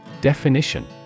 Definition